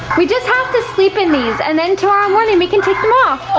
we just have to sleep in these and then tomorrow morning we can take them off.